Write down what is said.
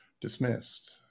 dismissed